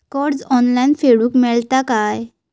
कर्ज ऑनलाइन फेडूक मेलता काय?